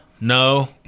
no